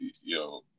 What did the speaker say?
yo